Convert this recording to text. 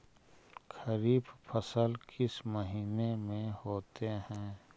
खरिफ फसल किस महीने में होते हैं?